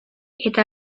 eta